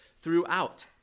throughout